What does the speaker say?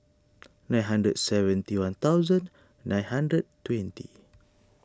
nine hundred seventy one thousand nine hundred twenty